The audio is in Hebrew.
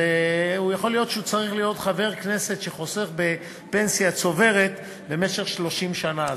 יכול להיות שהוא צריך להיות חבר כנסת שחוסך בפנסיה צוברת במשך 30 שנה,